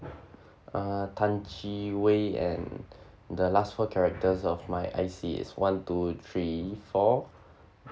uh tan chee wei and the last four characters of my I_C is one two three four